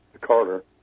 Carter